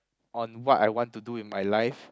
on what I want to do with my life